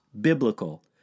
biblical